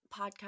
podcast